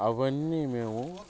అవన్నీ మేము